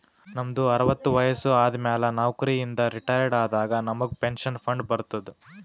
ನಮ್ದು ಅರವತ್ತು ವಯಸ್ಸು ಆದಮ್ಯಾಲ ನೌಕರಿ ಇಂದ ರಿಟೈರ್ ಆದಾಗ ನಮುಗ್ ಪೆನ್ಷನ್ ಫಂಡ್ ಬರ್ತುದ್